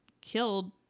killed